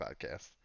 podcast